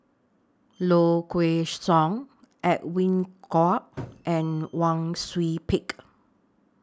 Low Kway Song Edwin Koek and Wang Sui Pick